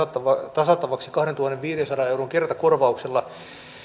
tasattavaksi kahdentuhannenviidensadan euron kertakorvauksella